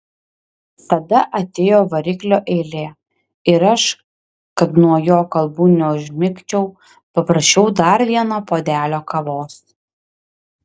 tada atėjo variklio eilė ir aš kad nuo jo kalbų neužmigčiau paprašiau dar vieno puodelio kavos